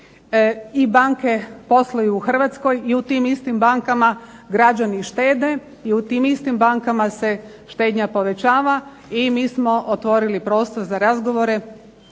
i banke posluju u Hrvatskoj i u tim istim bankama građani štede i u tim istim bankama se štednja povećava, i mi smo otvorili prostor za razgovore,